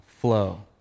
flow